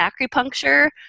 Acupuncture